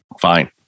Fine